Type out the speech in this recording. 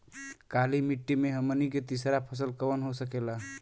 काली मिट्टी में हमनी के तीसरा फसल कवन हो सकेला?